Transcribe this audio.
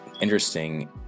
interesting